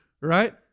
right